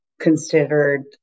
considered